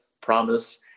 promise